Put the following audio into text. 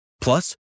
Plus